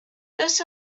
does